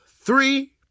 three